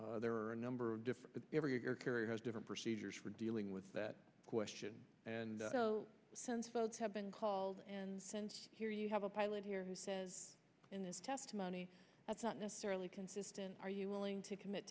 of there are a number of different ever your carry has different procedures for dealing with that question and have been called and said here you have a pilot here who says in this testimony that's not necessarily consistent are you willing to commit